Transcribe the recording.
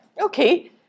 okay